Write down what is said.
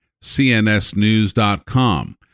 cnsnews.com